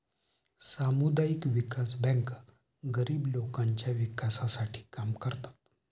सामुदायिक विकास बँका गरीब लोकांच्या विकासासाठी काम करतात